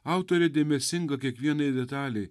autorė dėmesinga kiekvienai detalei